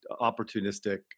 opportunistic